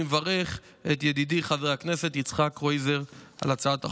אני מברך את ידידי חבר הכנסת יצחק קרויזר על הצעת החוק.